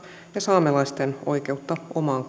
ja saamelaisten oikeutta omaan kulttuuriin